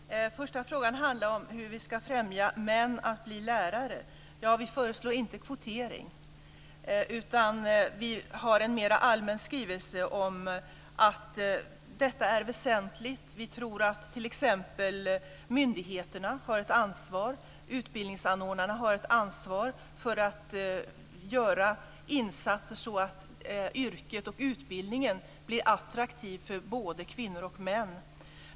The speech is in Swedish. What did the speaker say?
Fru talman! Den första frågan handlar om hur vi ska främja män att bli lärare. Vi föreslår inte kvotering, utan vi har en mera allmän skrivelse om att detta är väsentligt. Vi tror att t.ex. myndigheterna har ett ansvar, utbildningsanordnarna har ett ansvar för att göra insatser så att yrket och utbildningen blir attraktiva för både kvinnor och män.